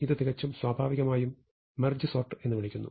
ഇത് തികച്ചും സ്വാഭാവികമായും മെർജ് സോർട്ട് എന്ന് വിളിക്കുന്നു